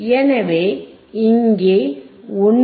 எனவே இங்கே 1